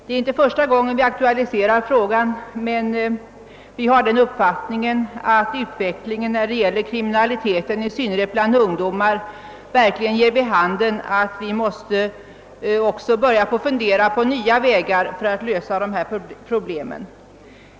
Det är inte första gången vi aktualiserat frågan, men vi har den uppfattningen att utvecklingen när det gäller kriminaliteten, i synnerhet bland ungdomar, verkligen ger vid handen, att vi också måste börja fundera över nya vägar att lösa dessa problem.